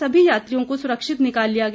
सभी यात्रियों को सुरक्षित निकाल लिया गया